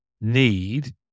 need